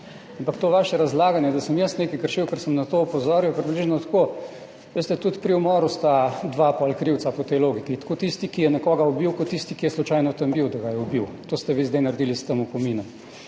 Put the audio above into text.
ampak to vaše razlaganje, da sem jaz nekaj kršil, ker sem opozoril na to, je približno tako, veste, tudi pri umoru sta potem dva krivca, po tej logiki, tako tisti, ki je nekoga ubil, kot tisti, ki je slučajno bil tam, da ga je ubil. To ste vi zdaj naredili s tem opominom,